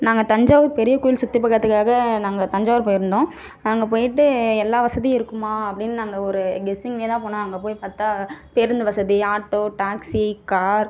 நாங்கள் தஞ்சாவூர் பெரியக் கோயில் சுற்றிப் பார்க்குறதுக்காக நாங்கள் தஞ்சாவூர் போயிருந்தோம் அங்கே போயிட்டு எல்லா வசதியும் இருக்குமா அப்படின்னு நாங்கள் ஒரு கெஸ்ஸிங்லேயே தான் போனோம் அங்கே போய் பார்த்தா பேருந்து வசதி ஆட்டோ டாக்ஸி கார்